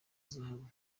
zahabu